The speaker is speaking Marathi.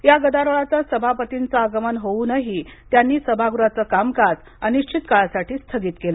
या गदारोळातच सभापतींचं आगमन होऊन त्यांनी सभागृहाच कामकाज अनिश्चित काळासाठी स्थगित केलं